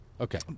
Okay